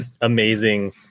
amazing